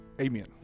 Amen